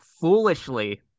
foolishly